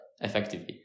effectively